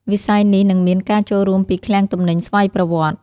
វិស័យនេះនឹងមានការចូលរួមពីឃ្លាំងទំនិញស្វ័យប្រវត្តិ។